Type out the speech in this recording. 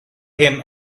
him